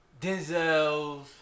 Denzels